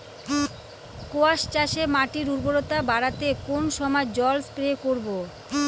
কোয়াস চাষে মাটির উর্বরতা বাড়াতে কোন সময় জল স্প্রে করব?